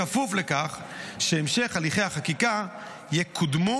בכפוף לכך שבהמשך הליכי החקיקה יקודמו